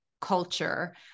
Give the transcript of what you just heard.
culture